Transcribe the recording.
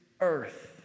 earth